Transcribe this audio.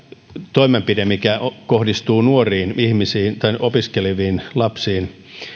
toimenpide mikä kohdistuu nuoriin ihmisiin opiskeleviin lapsiin on se että